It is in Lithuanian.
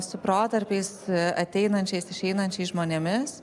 su protarpiais ateinančiais išeinančiais žmonėmis